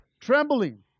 trembling